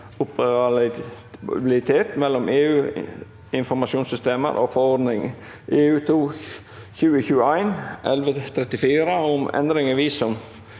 mellom EU-informasjonssystemer og forordning (EU) 2021/1134 om endringer i visum-